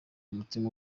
umutima